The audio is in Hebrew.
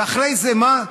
ואחרי זה מה?